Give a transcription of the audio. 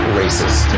racist